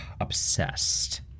obsessed